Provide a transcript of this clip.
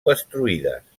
destruïdes